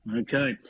Okay